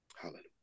Hallelujah